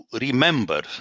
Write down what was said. remember